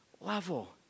level